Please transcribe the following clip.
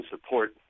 support